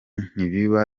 ntibiba